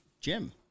Jim